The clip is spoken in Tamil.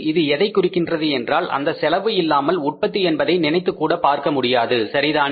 இது எதை குறிக்கிறது என்றால் அந்தச் செலவு இல்லாமல் உற்பத்தி என்பதை நினைத்துக்கூட பார்க்க முடியாது சரிதானே